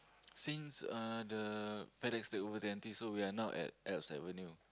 since uh the Fedex took over so we are now at Alps Avenue